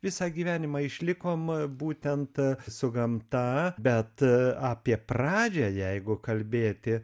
visą gyvenimą išlikom būtent su gamta bet apie pradžią jeigu kalbėti